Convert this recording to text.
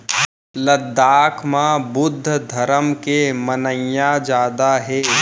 लद्दाख म बुद्ध धरम के मनइया जादा हे